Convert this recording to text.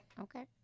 Okay